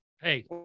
hey